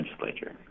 legislature